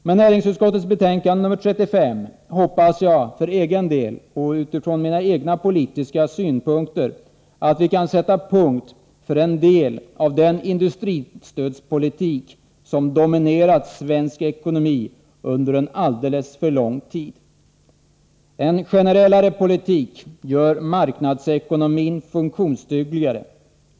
Med näringsutskottets betänkande 35 hoppas jag för egen del och utifrån mina egna politiska synpunkter att vi kan sätta punkt för en del av den industristödspolitik som dominerat svensk ekonomi under en alldeles för lång tid. En generellare politik gör marknadsekonomin funktionsdugligare.